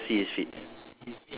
ya I can't see his feet